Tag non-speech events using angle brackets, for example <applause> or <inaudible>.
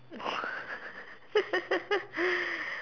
<laughs>